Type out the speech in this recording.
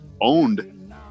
owned